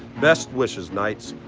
best wishes, knights.